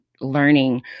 learning